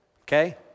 Okay